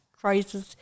Crisis